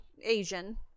Asian